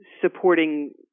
supporting